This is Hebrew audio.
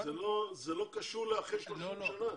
זה לא קשור לאחרי 30 שנה,